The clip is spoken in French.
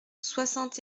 soixante